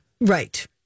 right